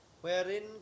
wherein